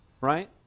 right